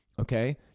Okay